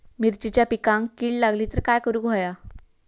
मिरचीच्या पिकांक कीड लागली तर काय करुक होया?